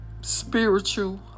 spiritual